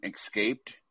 escaped